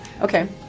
okay